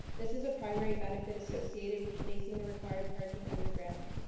this is a primary benefit associated with placing the required parking underground.